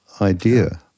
idea